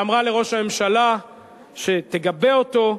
ואמרה לראש הממשלה שתגבה אותו.